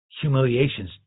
humiliations